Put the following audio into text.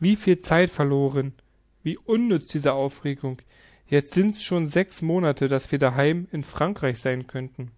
viel zeit verloren wie unnütz diese aufregungen jetzt sind's schon sechs monate daß wir daheim in frankreich sein könnten